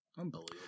Unbelievable